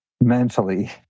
mentally